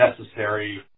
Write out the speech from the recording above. necessary